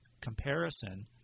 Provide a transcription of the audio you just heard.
comparison